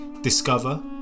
Discover